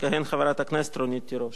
תכהן חברת הכנסת רונית תירוש.